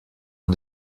ont